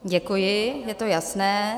Děkuji, je to jasné.